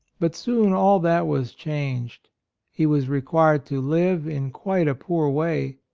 but soon all that was changed he was required to live in quite a poor way,